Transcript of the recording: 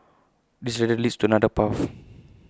this ladder leads to another path